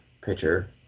pitcher